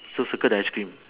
so circle the ice cream